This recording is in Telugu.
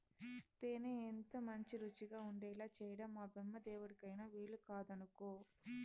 తేనె ఎంతమంచి రుచిగా ఉండేలా చేయడం ఆ బెమ్మదేవుడికైన వీలుకాదనుకో